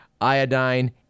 iodine